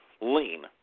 lean